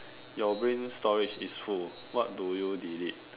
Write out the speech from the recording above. your brain storage is full what do you delete